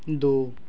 दो